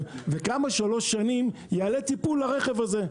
וכמה שלוש שנים יעלה טיפול לרכב הזה.